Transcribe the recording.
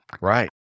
Right